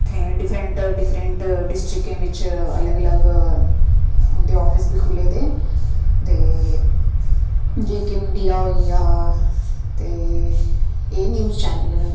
इत्थै different different डिस्टिकें बिच अलग अलग उं'दे आफिस बी खु'ल्ले दे ते जेके मिडिया होई गेआ ते एह न्यूज चैनल न